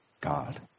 God